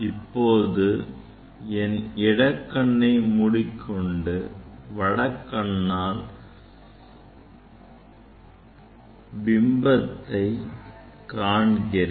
இப்போது என் இடக் கண்ணை மூடிக்கொண்டு வலது கண்ணால் பிம்பத்தை காண்கிறேன்